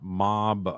mob